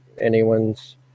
anyone's